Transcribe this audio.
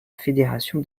fédération